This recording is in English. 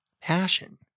passion